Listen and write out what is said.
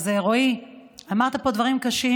רועי, אמרת פה דברים קשים.